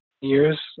years